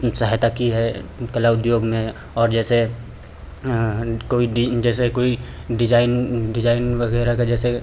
सहायता की है कला उद्योग में और जैसे कोई जैसे कोई डिजाइन डिजाइन वगैरह का जैसे